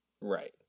Right